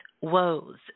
woes